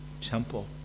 temple